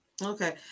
Okay